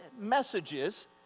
messages